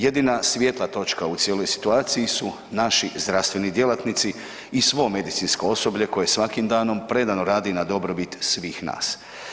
Jedina svijetla točka u cijeloj situaciji su naši zdravstveni djelatnici i svo medicinsko osoblje koje svakim danom predano radni na dobrobit svih nas.